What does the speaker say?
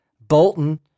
Bolton